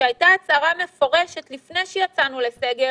וזה בשעה שהייתה הצהרה מפורשת לפני שיצאנו לסגר